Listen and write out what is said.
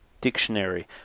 dictionary